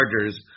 Chargers